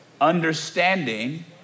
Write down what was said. understanding